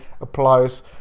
applies